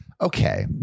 Okay